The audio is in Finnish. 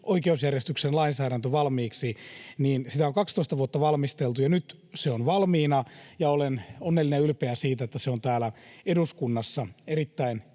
perusoikeusjärjestyksen lainsäädäntö valmiiksi. Sitä on 12 vuotta valmisteltu, ja nyt se on valmiina, ja olen onnellinen ja ylpeä siitä, että se on täällä eduskunnassa — erittäin